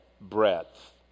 breadth